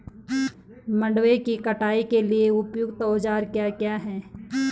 मंडवे की कटाई के लिए उपयुक्त औज़ार क्या क्या हैं?